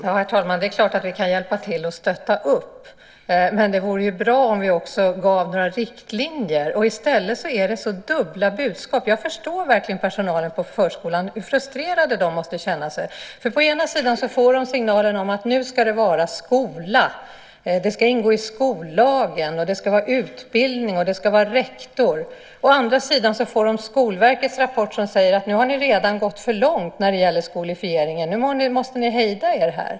Herr talman! Det är klart att vi kan hjälpa till att stötta upp. Men det vore bra om vi också gav några riktlinjer. I stället är det dubbla budskap. Jag förstår verkligen personalen på förskolan och hur frustrerade de som arbetar där måste känna sig. På ena sidan får de signaler om att det ska vara skola. Förskolan ska ingå i skollagen. Det ska vara utbildning och rektor. På andra sidan får de Skolverkets rapport som säger: Nu har ni redan gått för långt när det gäller skolifieringen. Nu måste ni hejda er här.